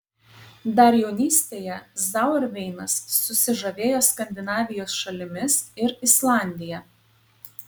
dar jaunystėje zauerveinas susižavėjo skandinavijos šalimis ir islandija